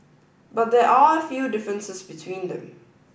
but there are a few differences between them